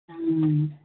ആ